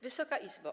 Wysoka Izbo!